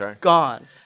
gone